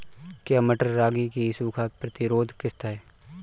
क्या मटर रागी की सूखा प्रतिरोध किश्त है?